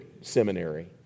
seminary